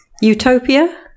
utopia